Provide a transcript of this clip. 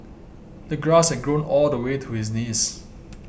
the grass had grown all the way to his knees